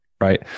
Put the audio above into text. right